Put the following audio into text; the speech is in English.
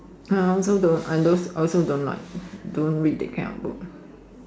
uh I also don't I also don't like don't read that kind of book